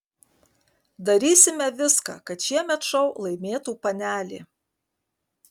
darysime viską kad šiemet šou laimėtų panelė